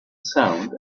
sound